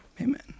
Amen